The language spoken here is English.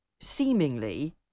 seemingly